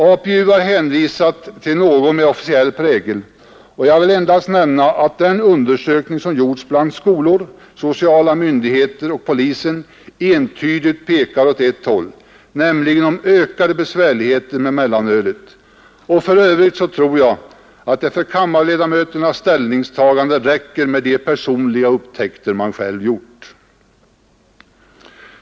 APU har hänvisat till någon med officiell prägel, och jag vill endast nämna att den undersökning som gjorts vid skolor, sociala myndigheter och hos polisen entydigt pekar åt ett håll, nämligen ökade besvärligheter med mellanölet, och för övrigt tror jag att det för kammarledamöternas ställningstagande räcker med de personliga iakttagelser man själv gjort.